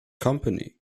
company